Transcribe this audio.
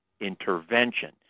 intervention